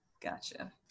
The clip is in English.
Gotcha